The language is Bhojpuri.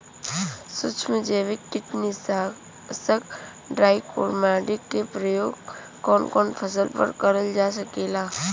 सुक्ष्म जैविक कीट नाशक ट्राइकोडर्मा क प्रयोग कवन कवन फसल पर करल जा सकेला?